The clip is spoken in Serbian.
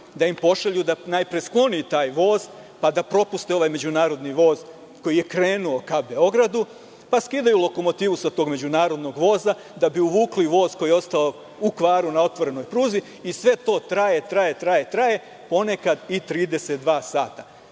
da im pošalju da najpre skloni taj voz, pa da propuste ovaj međunarodni voz koji je krenuo ka Beogradu. Pa skidaju lokomotivu sa tog međunarodnog voza da bi uvukli voz koji je ostao u kvaru na otvorenoj pruzi. Sve to traje, traje, ponekada i 32 sata.